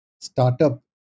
startup